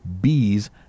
bees